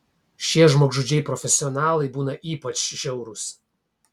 šie žmogžudžiai profesionalai būna ypač žiaurūs